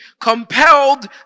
compelled